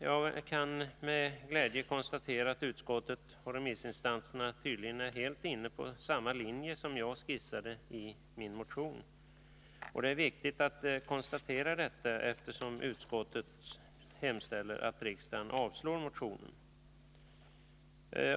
Jag kan med glädje konstatera att utskottet och remissinstanserna tydligen är helt inne på samma linje som jag skisserat i min motion. Det är viktigt att konstatera detta, eftersom utskottet hemställer att riksdagen skall avslå motionen.